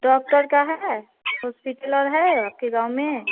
doctor का है hospital और है आपके गाँव में